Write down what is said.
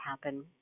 happen